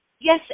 yes